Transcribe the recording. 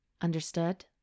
understood